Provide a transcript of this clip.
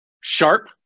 Sharp